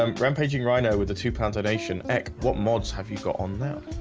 um rampaging rhino with the two panther nation act. what mods have you got on that?